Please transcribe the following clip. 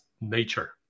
nature